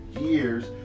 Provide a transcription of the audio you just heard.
years